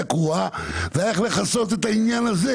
הקרואה זה היה איך לכסות את העניין הזה.